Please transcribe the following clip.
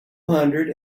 hundred